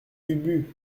ubu